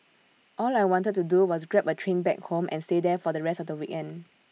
all I wanted to do was grab A train back home and stay there for the rest of the weekend